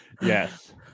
yes